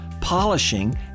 polishing